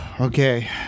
Okay